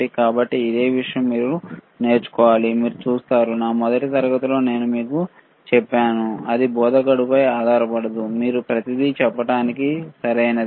కాబట్టి అదే విషయం మీరు నేర్చుకోవాలి మీరు చూస్తారు నా మొదటి తరగతిలో నేను మీకు చెప్పాను అది అది మీకు ప్రతిదీ చెప్పడానికి బోధకుడిపై ఆధారపడకూడదుసరే